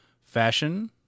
fashion